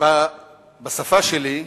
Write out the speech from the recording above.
בשפה שלי,